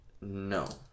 No